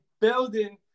building